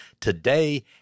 Today